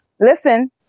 Listen